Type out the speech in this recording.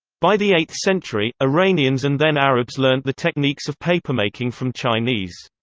by the eighth century, iranians and then arabs learnt the techniques of papermaking from chinese.